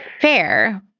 fair